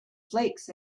flakes